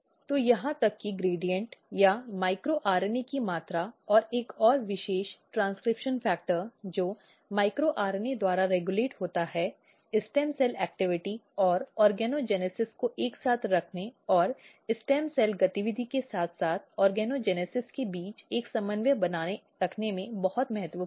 तो यहां तक कि ग्रेड्यॅन्ट या माइक्रो आरएनए की मात्रा और एक विशेष ट्रेन्स्क्रिप्शन फैक्टर जो माइक्रो आरएनए द्वारा रेगुलेट होता है स्टेम सेल गतिविधि और ऑर्गोजेनेसिस को एक साथ रखने और स्टेम सेल गतिविधि के साथ साथ ऑर्गेनोजेनेस के बीच एक समन्वय बनाए रखने में बहुत महत्वपूर्ण हैं